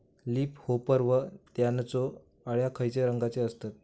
Leaf hopper व त्यानचो अळ्या खैचे रंगाचे असतत?